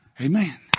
Amen